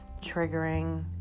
triggering